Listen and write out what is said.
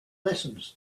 lessons